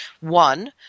one